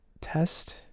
test